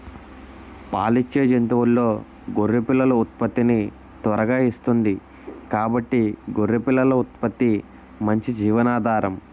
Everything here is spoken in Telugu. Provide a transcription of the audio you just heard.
పాలిచ్చే జంతువుల్లో గొర్రె పిల్లలు ఉత్పత్తిని త్వరగా ఇస్తుంది కాబట్టి గొర్రె పిల్లల ఉత్పత్తి మంచి జీవనాధారం